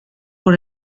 por